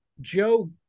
Joe